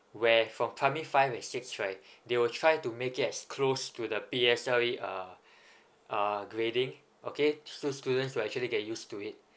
where for primary five and six right they will try to make it as close to the P_S_L_E uh uh grading okay so students would actually get used to it